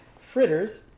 fritters